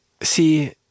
See